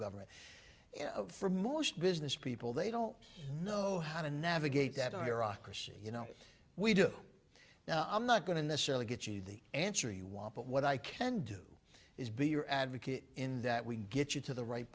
government and for most business people they don't know how to navigate that iraq or see you know we do now i'm not going to necessarily get you the answer you want but what i can do is be your advocate in that we get you to the right